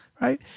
right